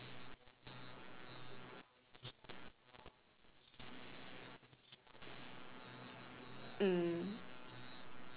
mm